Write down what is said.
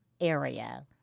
area